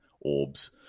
orbs